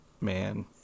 man